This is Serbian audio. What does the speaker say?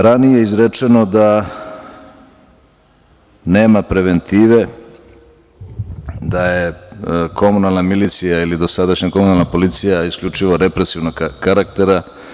Ranije je izrečeno da nema preventive, da je Komunalna milicija ili dosadašnja Komunalna policija isključivo represivnog karaktera.